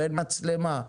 אין מצלמה,